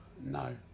no